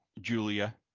Julia